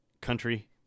country